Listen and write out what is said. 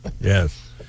Yes